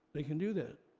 they can do that,